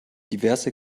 diverse